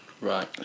right